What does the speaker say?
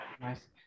Nice